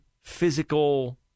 physical